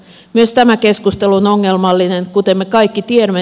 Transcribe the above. myös tämä keskustelu on ongelmallinen kuten me kaikki tiedämme